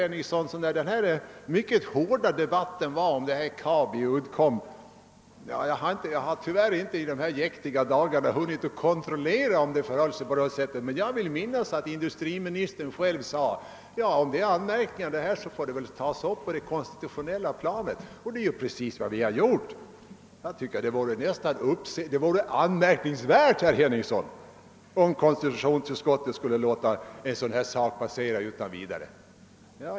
När vi hade den mycket hårda debatten i höstas om Kabi och Uddcomb viil jag minnas — jag har i dessa jäktiga dagar inte hunnit kontrollera saken — att industriministern själv sade, att om detta vore anmärkningar så finge det tas upp på det konstitutionella planet. Det är precis vad vi gjort. Jag tycker att det vore anmärkningsvärt, om konstitutionsutskottet skulle låta en sådan här sak passera utan vidare.